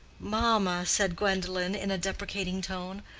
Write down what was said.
mamma, said gwendolen, in a deprecating tone,